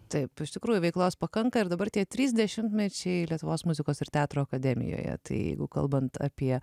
taip iš tikrųjų veiklos pakanka ir dabar tie trys dešimtmečiai lietuvos muzikos ir teatro akademijoje tai jeigu kalbant apie